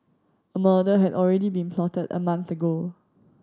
a murder had already been plotted a month ago